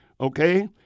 Okay